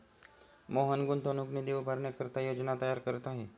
मोहन गुंतवणूक निधी उभारण्याकरिता योजना तयार करत आहे